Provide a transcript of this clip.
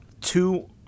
two